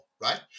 right